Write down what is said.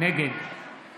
נגד